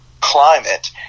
climate